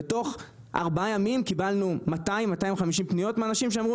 ותוך ארבעה ימים קיבלנו 200-250 פניות מאנשים שאמרו.